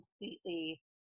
completely